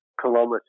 kilometers